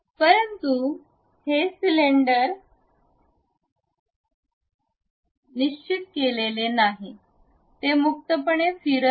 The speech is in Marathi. परंतु हे सिलेंडर वरनिश्चित केलेले नाहीत ते मुक्तपणे फिरत आहेत